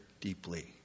deeply